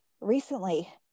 recently